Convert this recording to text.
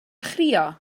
chrio